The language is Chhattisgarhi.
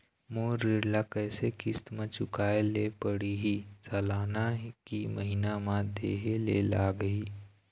मोर ऋण ला कैसे किस्त म चुकाए ले पढ़िही, सालाना की महीना मा देहे ले लागही?